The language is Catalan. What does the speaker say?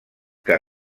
que